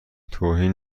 توهین